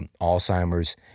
Alzheimer's